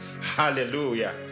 hallelujah